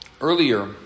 Earlier